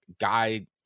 guy